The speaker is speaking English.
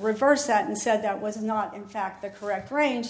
reversed that and said that was not in fact the correct range